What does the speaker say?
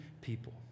people